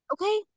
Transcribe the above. Okay